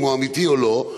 אם הוא אמיתי או לא,